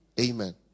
Amen